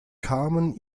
kamen